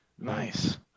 nice